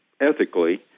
ethically